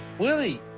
willie,